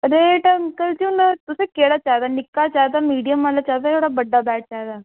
rate uncle ji तुसें केह्ड़ा चाहिदा मीडियम चाहिदा बड्डा चाहिदा